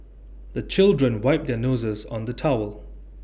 the children wipe their noses on the towel